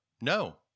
no